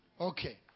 Okay